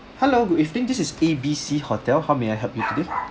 hello good evening this is A B C hotel how may I help you today